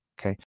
Okay